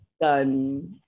done